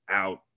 out